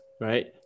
right